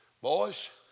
Boys